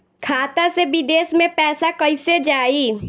खाता से विदेश मे पैसा कईसे जाई?